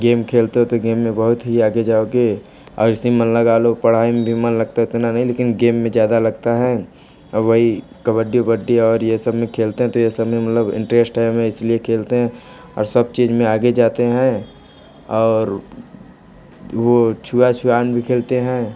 game खेलते हो तो गेम में बहुत ही आगे जाओगे और इसी में मन लगा लो पढ़ाई भी मन लगता है तो इतना नहीं लेकिन गेम में ज़्यादा लगता है वही कबड्डी उबड्डी और ये सब में खेलते हैं तो ये सब में मतलब इंटरेस्ट है हमें इसीलिए खेलते हैं और सब चीज में आगे जाते हैं और वो छुआ छुआन भी खेलते हैं